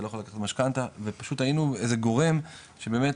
אתה לא יכול לקחת משכנתא ופשוט היינו איזה גורם שבאמת